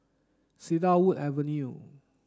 Cedarwood Avenue